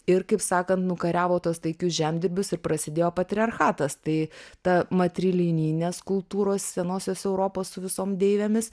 ir kaip sakant nukariavo tuos taikius žemdirbius ir prasidėjo patriarchatas tai ta matrilinijinės kultūros senosios europos su visom deivėmis